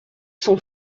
sont